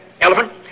elephant